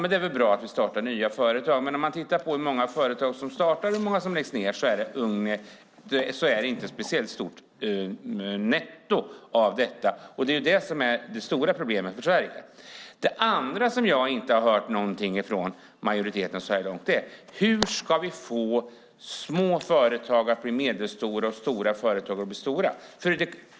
Det är bra att man startar nya företag, men om man tittar på hur många företag som startar och hur många som läggs ned är nettot inte särskilt stort. Det är det stora problemet för Sverige. Jag har hittills inte hört något från majoriteten om hur vi ska få små företag att bli medelstora och medelstora företag att bli stora.